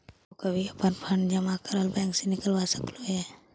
तु कभी अपना जमा करल फंड बैंक से निकलवा सकलू हे